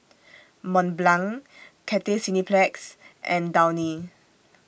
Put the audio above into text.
Mont Blanc Cathay Cineplex and Downy